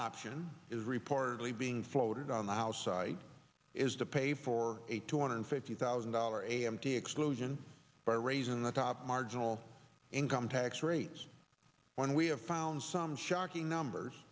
option is reportedly being floated on the house side is to pay for a two hundred fifty thousand dollar a t m to exclusion by raising the top marginal income tax rates when we have found some shocking numbers